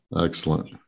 Excellent